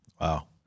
Wow